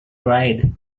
pride